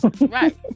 right